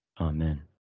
Amen